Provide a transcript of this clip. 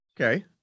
Okay